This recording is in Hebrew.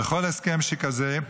בכל הסכם שכזה,